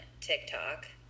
TikTok